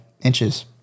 inches